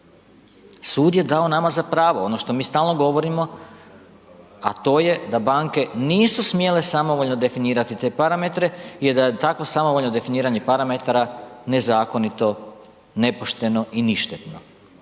Sud je dao nama za pravo, ono što mi stalno govorimo, a to je da banke nisu smjele samovoljno definirati te parametre jer da je takvo samovoljno definiranje parametara nezakonito, nepošteno i ništetno.